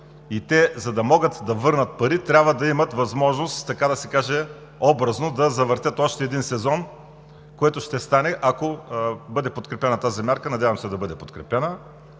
и те, за да могат да върнат пари, трябва да имат възможност, така да се каже, образно да завъртят още един сезон, което ще стане, ако бъде подкрепена тази мярка – надявам се да бъде подкрепена,